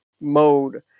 mode